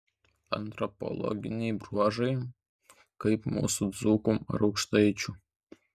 antropologiniai bruožai kaip mūsų dzūkų ar aukštaičių